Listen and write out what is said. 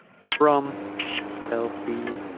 from healthy